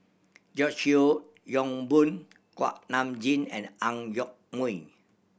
George Yeo Yong Boon Kuak Nam Jin and Ang Yoke Mooi